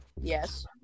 Yes